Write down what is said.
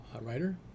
writer